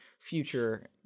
future